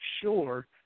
sure